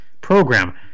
program